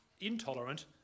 intolerant